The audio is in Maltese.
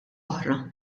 oħra